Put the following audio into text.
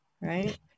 right